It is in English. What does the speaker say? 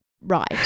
right